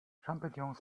champignons